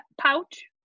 pouch